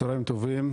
צהרים טובים,